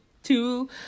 two